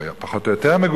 או פחות או יותר מגובש,